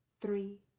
three